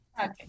Okay